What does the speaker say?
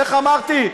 איך אמרתי,